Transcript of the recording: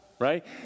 right